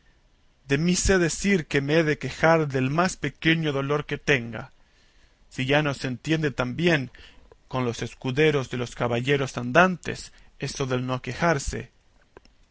de mí sé decir que me he de quejar del más pequeño dolor que tenga si ya no se entiende también con los escuderos de los caballeros andantes eso del no quejarse